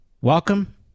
Welcome